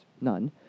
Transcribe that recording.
none